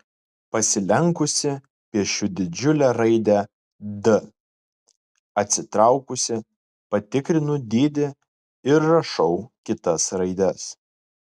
pasilenkusi piešiu didžiulę raidę d atsitraukusi patikrinu dydį ir rašau kitas raides